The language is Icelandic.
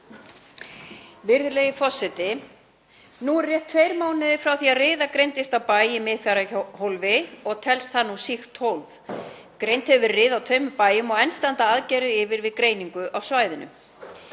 Virðulegi forseti. Nú eru rétt tveir mánuðir frá því að riða greindist á bæ í Miðfjarðarhólfi og telst það nú sýkt hólf. Riða hefur verið greind á tveimur bæjum og enn standa aðgerðir yfir við greiningu á svæðinu.